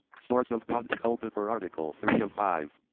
source of daunte culpepper article three of five,